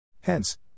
Hence